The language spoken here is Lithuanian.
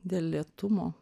dėl lėtumo